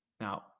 now